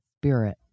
Spirit